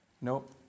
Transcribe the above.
Nope